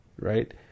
Right